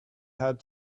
had